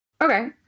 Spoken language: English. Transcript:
okay